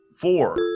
four